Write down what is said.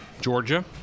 Georgia